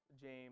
James